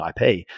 IP